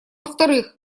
вторых